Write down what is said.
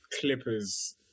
Clippers